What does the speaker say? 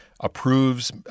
Approves